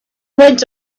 went